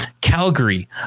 Calgary